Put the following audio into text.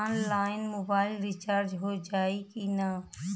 Online mobile recharge हो जाई की ना हो?